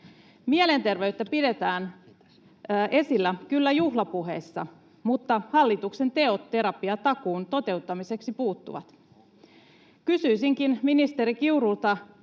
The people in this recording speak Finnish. Mielenterveyttä pidetään kyllä esillä juhlapuheissa, mutta hallituksen teot terapiatakuun toteuttamiseksi puuttuvat. Kysyisinkin ministeri Kiurulta: